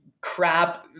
crap